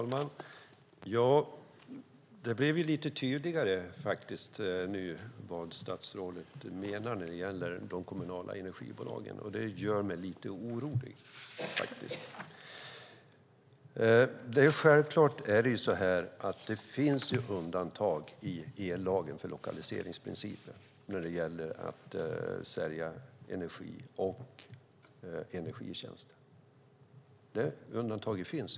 Herr talman! Det blev lite tydligare nu vad statsrådet menar när det gäller de kommunala energibolagen. Det gör mig lite orolig. Självfallet finns det undantag i ellagen för lokaliseringsprincipen när det gäller att sälja energi och energitjänster. Detta undantag finns.